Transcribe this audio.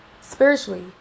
Spiritually